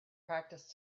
practice